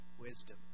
Wisdom